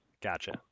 Gotcha